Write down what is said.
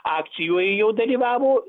akcijoje jau dalyvavo